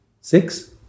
Six